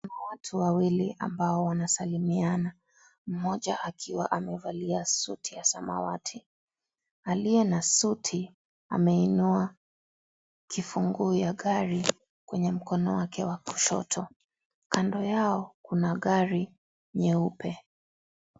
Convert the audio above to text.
Kuna watu wawili ambao wanasalimiana. Mmoja akiwa amevalia suti ya samawati. Aliye na suti, ameinua kifunguo ya gari kwenye mkono wake wa kushoto. Kando yao kuna gari nyeupe.